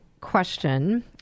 question